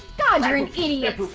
got you're an idiot.